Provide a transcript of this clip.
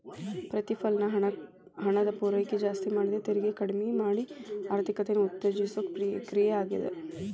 ಪ್ರತಿಫಲನ ಹಣದ ಪೂರೈಕೆ ಜಾಸ್ತಿ ಮಾಡಿ ತೆರಿಗೆ ಕಡ್ಮಿ ಮಾಡಿ ಆರ್ಥಿಕತೆನ ಉತ್ತೇಜಿಸೋ ಕ್ರಿಯೆ ಆಗ್ಯಾದ